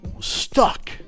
stuck